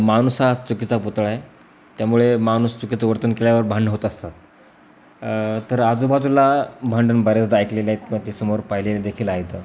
माणूस हा चुकीचा पुतळा आहे त्यामुळे माणूस चुकीचं वर्तन केल्यावर भांडणं होत असतात तर आजूबाजूला भांडण बऱ्याचदा ऐकलेले आहेत किंवा ते समोर पाहिलेले देखील आहेत